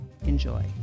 Enjoy